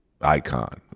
icon